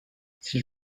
s’il